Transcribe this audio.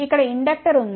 ఇక్కడ ఇండక్టర్ ఉంది